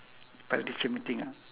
like teacher meeting ah